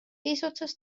eesotsas